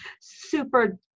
super